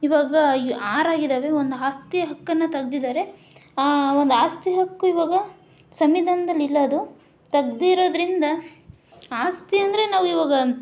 ಇವಾಗ ಆರು ಆಗಿದ್ದಾವೆ ಒಂದು ಆಸ್ತಿ ಹಕ್ಕನ್ನು ತೆಗ್ದಿದ್ದಾರೆ ಆ ಒಂದು ಆಸ್ತಿ ಹಕ್ಕು ಇವಾಗ ಸಂವಿಧಾನ್ದಲ್ಲಿ ಇಲ್ಲ ಅದು ತೆಗ್ದಿರೋದ್ರಿಂದ ಆಸ್ತಿ ಅಂದರೆ ನಾವಿವಾಗ